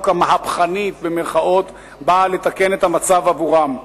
'המהפכנית' באה לתקן את המצב עבורם.